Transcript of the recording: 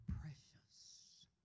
precious